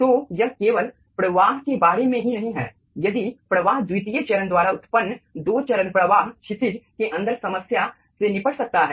तो यह केवल प्रवाह के बारे में ही नहीं है यदि प्रवाह द्वितीय चरण द्वारा उत्पन्न दो चरण प्रवाह क्षितिज के अंदर समस्या से निपट सकता हैं